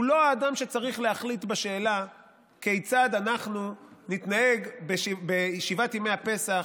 הוא לא האדם שצריך להחליט בשאלה כיצד אנחנו נתנהג בשבעת ימי הפסח,